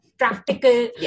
practical